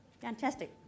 Fantastic